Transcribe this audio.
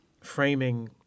framing